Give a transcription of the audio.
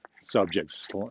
subjects